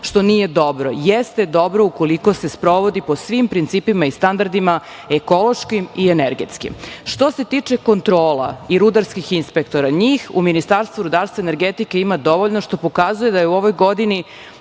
što nije dobro. Jeste dobro ukoliko se sprovodi po svim principima i standardima ekološkim i energetskim. Što se tiče kontrola i rudarskih inspektora, njih u Ministarstvu rudarstva i energetike ima dovoljno, što pokazuje da je u ovoj godini